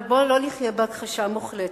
אבל בוא לא נחיה בהכחשה מוחלטת: